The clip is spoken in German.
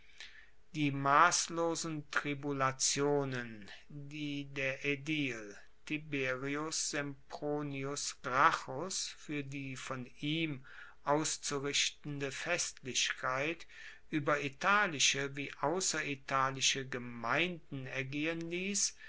die masslosen tribulationen die der aedil tiberius sempronius gracchus fuer die von ihm auszurichtende festlichkeit ueber italische wie ausseritalische gemeinden ergehen liess